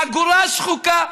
אגורה שחוקה.